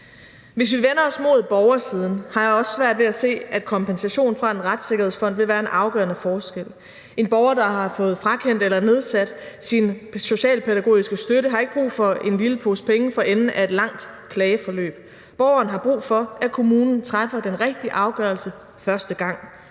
Hvis vi vender os mod borgersiden, har jeg også svært ved at se, at kompensation fra en retssikkerhedsfond vil være en afgørende forskel. En borger, der har fået frakendt eller nedsat sin socialpædagogiske støtte, har ikke brug for en lille pose penge for enden af et langt klageforløb. Borgeren har brug for, at kommunen træffer den rigtige afgørelse første gang.